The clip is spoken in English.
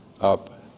up